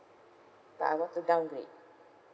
tak I want to downgrade